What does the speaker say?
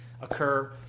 occur